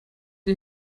ihr